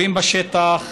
בביקורים בשטח,